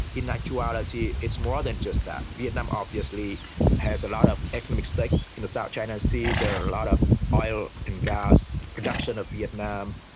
in actuality it's more than just that. vietnam obviously has a lot of economic stakes in the south china sea, there are a lot of oil and gas production of vietnam.